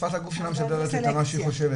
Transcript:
שפת הגוף משדרת את מה שהיא חושבת,